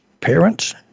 parents